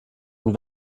und